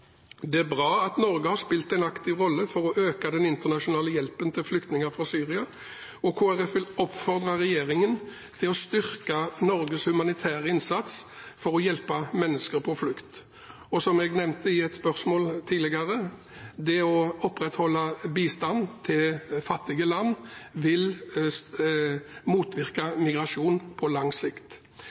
Det er bra at Norge har spilt en aktiv rolle for å øke den internasjonale hjelpen til flyktninger fra Syria, og Kristelig Folkeparti vil oppfordre regjeringen til å styrke Norges humanitære innsats for å hjelpe mennesker på flukt. Som jeg nevnte i et spørsmål tidligere: Det å opprettholde bistand til fattige land vil motvirke migrasjon på lang sikt.